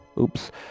Oops